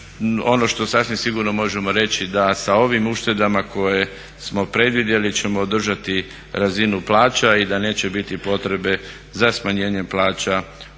ono što sasvim sigurno možemo reći da sa ovim uštedama koje smo predvidjeli ćemo održati razinu plaća i da neće biti potrebe za smanjenjem plaća